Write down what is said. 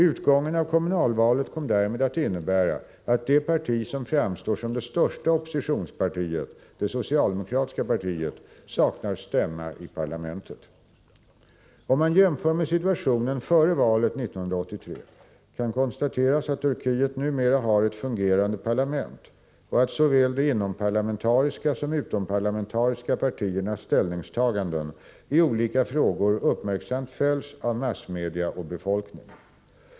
Utgången av kommunalvalet kom därmed att innebära att det parti som framstår som det största oppositionspartiet, det socialdemokratiska partiet, SODEP, saknar stämma i parlamentet. Om man jämför med situationen före valet 1983 kan konstateras att Turkiet numera har ett fungerande parlament och att såväl de inomparlamentariska som utomparlamentariska partiernas ställningstaganden i olika frågor uppmärksamt följs av massmedia och befolkning.